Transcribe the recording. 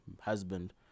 husband